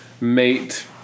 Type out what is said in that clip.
mate